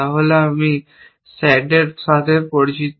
এবং আমরা ইতিমধ্যে S A T এর সাথে পরিচিত